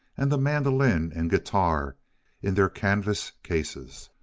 and the mandolin and guitar in their canvas cases.